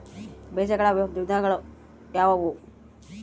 ಬೇಜಗಳ ವಿಧಗಳು ಯಾವುವು?